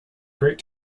great